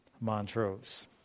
Montrose